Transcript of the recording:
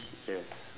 yes